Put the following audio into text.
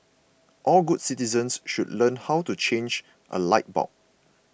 all good citizens should learn how to change a light bulb